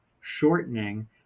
shortening